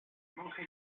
monje